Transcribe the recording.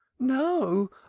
no,